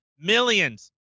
Millions